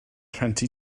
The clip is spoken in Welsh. rhentu